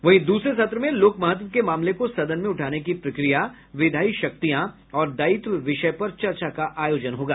वहीं दूसरे सत्र में लोक महत्व के मामले को सदन में उठाने की प्रक्रिया विधायी शक्तियां और दायित्व विषय पर चर्चा का आयोजन होगा